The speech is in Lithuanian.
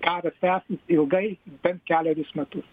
karas tęsis ilgai bet kelerius metus